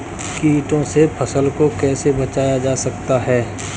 कीटों से फसल को कैसे बचाया जा सकता है?